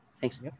Thanks